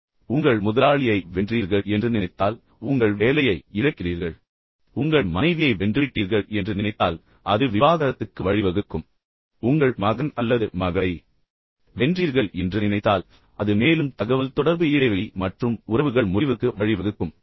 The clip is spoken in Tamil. நீங்கள் உங்கள் முதலாளியை வென்றீர்கள் என்று நினைத்தால் ஆனால் நீங்கள் மீண்டும் உங்கள் வேலையை இழக்கிறீர்கள் நீங்கள் உங்கள் மனைவியை வென்றுவிட்டீர்கள் என்று நினைத்தால் அது விவாகரத்துக்கு வழிவகுக்கும் உங்கள் மகன் அல்லது மகளை மீண்டும் வென்றீர்கள் என்று நீங்கள் நினைத்தால் அது மேலும் தகவல்தொடர்பு இடைவெளி மற்றும் உறவுகள் முறிவுக்கு வழிவகுக்கும்